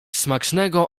smacznego